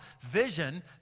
Vision